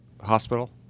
hospital